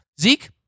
Zeke